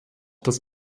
das